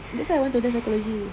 that's why I want to do psychology